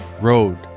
Road